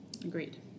Agreed